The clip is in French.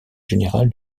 général